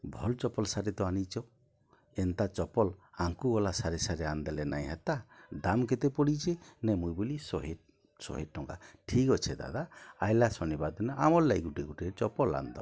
ଭଲ ଚପଲ ସାରେ ତ ଆନିଛ ଏନ୍ତା ଚପଲ ଆମକୁ ଗଲା ସାରେ ସାରେ ଆଣିଦେଲେ ନାଇ ହେତା ଦାମ କେତେ ପଡ଼ିଛେଁ ନାଇ ମୁଇଁ ବୋଲି ଶହେ ଶହେ ଟଙ୍କା ଠିକ୍ ଅଛେ ଦାଦା ଆଇଲା ଶନିବାର ଦିନ ଆମର ଲାଗି ଗୋଟିଏ ଗୋଟିଏ ଚପଲ ଆଣିଦବ